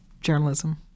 Journalism